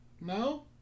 No